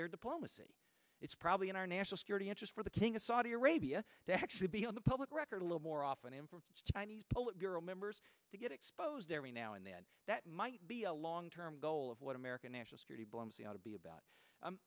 their diplomacy it's probably in our national security interest for the king of saudi arabia to actually be on the public record a little more often in chinese pilot girl members to get exposed every now and then that might be long term goal of what american national security bombs we ought to be about